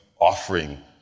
offering